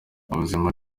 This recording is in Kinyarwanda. ubuzima